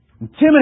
Intimidate